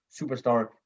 superstar